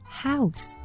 house